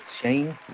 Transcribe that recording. Shane